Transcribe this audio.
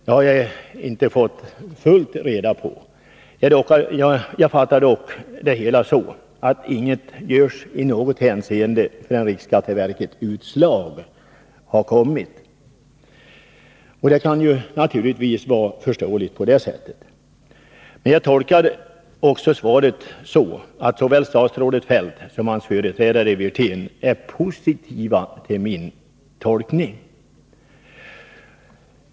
Jag har inte fått något helt klart besked. Jag uppfattar dock svaret så, att ingenting kommer att göras i något hänseende förrän riksskatteverkets utslag har kommit. Jag tolkar svaret också på det sättet, att såväl statsrådet Feldt som hans företrädare Rolf Wirtén är positiva till min tolkning.